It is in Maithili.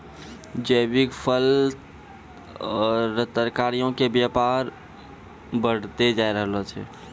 जैविक फल, तरकारीयो के व्यापार बढ़तै जाय रहलो छै